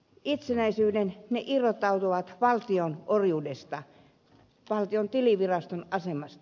ne irrottautuvat valtion orjuudesta valtion tiliviraston asemasta